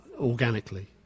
organically